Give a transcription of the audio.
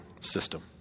system